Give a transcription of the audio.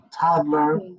toddler